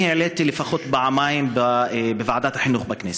אני העליתי לפחות פעמיים בוועדת החינוך בכנסת.